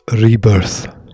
Rebirth